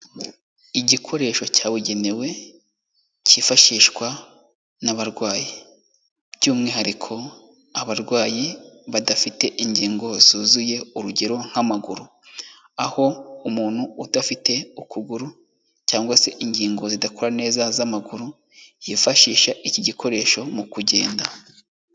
Igikoresho cyabugenewe cyifashishwa n'abarwayi by'umwihariko abarwayi badafite ingingo zuzuye urugero nk'amaguru, aho umuntu udafite ukuguru cyangwa se ingingo zidakora neza z'amaguru yifashisha iki gikoresho mu kugenda.